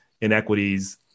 inequities